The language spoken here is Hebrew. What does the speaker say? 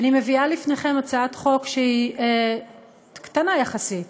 אני מביאה לפניכם הצעת חוק שהיא קטנה יחסית